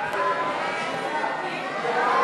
סעיפים 1